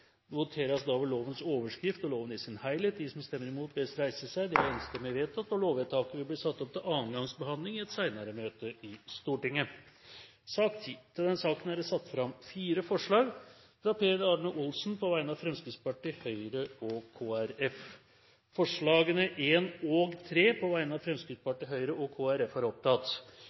Det voteres over lovens overskrift og loven i sin helhet. Lovvedtaket vil bli ført opp til andre gangs behandling i et senere møte i Stortinget. Under debatten er det satt fram i alt 16 forslag. Det er forslagene nr. 1–10, fra Per Arne Olsen på vegne av Fremskrittspartiet, Høyre og Kristelig Folkeparti forslag nr. 11, fra Per Arne Olsen på vegne av Fremskrittspartiet og Høyre